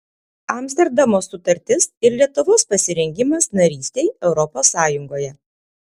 amsterdamo sutartis ir lietuvos pasirengimas narystei europos sąjungoje